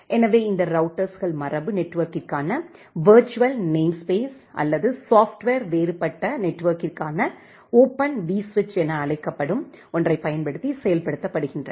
எனவே இந்த ரௌட்டர்ஸ்கள் மரபு நெட்வொர்க்கிற்கான விர்ச்சுவல் நேம்ஸ்பேஸ் அல்லது சாப்ட்வேர் வேறுபட்ட நெட்வெர்க்கிகான ஓபன் விஸ்விட்ச் என அழைக்கப்படும் ஒன்றைப் பயன்படுத்தி செயல்படுத்தப்படுகின்றன